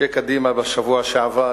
בשבוע שעבר